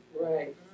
Right